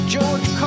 George